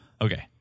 okay